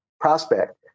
prospect